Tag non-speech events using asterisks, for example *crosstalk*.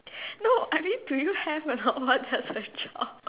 no I mean do you have a not what has a job *laughs*